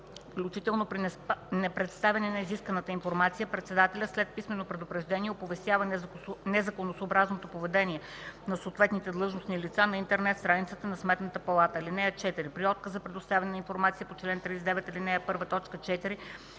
включително при непредставяне на изисквана информация, председателят, след писмено предупреждение, оповестява незаконосъобразното поведение на съответните длъжностни лица на интернет страницата на Сметната палата. (4) При отказ за предоставяне на информация по чл. 39,